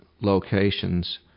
locations